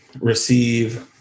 receive